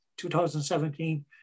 2017